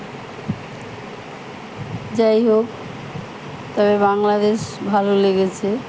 যাইহোক তবে বাংলাদেশ ভালো লেগেছে